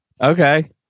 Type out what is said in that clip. Okay